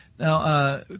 Now